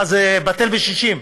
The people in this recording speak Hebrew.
זה בטל בשישים.